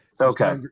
Okay